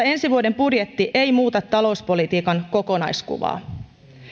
ensi vuoden budjetti ei muuta talouspolitiikan kokonaiskuvaa